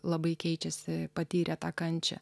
labai keičiasi patyrę tą kančią